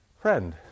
Friend